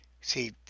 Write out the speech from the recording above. see